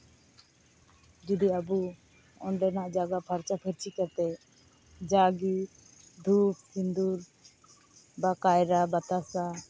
ᱡᱩᱫᱤ ᱟᱵᱚ ᱚᱸᱰᱮᱱᱟᱜ ᱡᱟᱭᱜᱟ ᱯᱷᱟᱨᱪᱟᱼᱯᱷᱟᱹᱨᱪᱤ ᱠᱟᱛᱮᱫ ᱡᱟᱜᱮ ᱫᱷᱩᱯ ᱥᱤᱸᱫᱩᱨ ᱵᱟ ᱠᱟᱭᱨᱟ ᱵᱟᱛᱟᱥᱟ